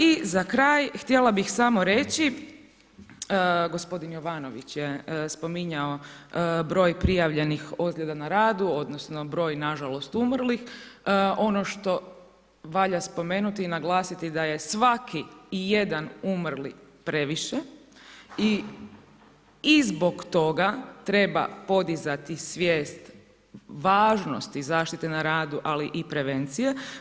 I za kraj, htjela bih samo reći, gospodin Jovanović je spominjao broj prijavljenih ozljeda na radu, odnosno broj nažalost umrlih, ono što valja spomenuti i naglasiti da je svaki i jedan umrli previše i zbog toga treba podizati svijest važnosti zaštite na radu ali i prevencije.